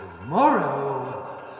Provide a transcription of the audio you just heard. tomorrow